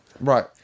Right